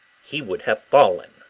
he would have fallen.